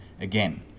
again